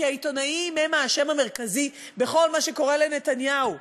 כי העיתונאים הם האשם המרכזי בכל מה שקורה לנתניהו.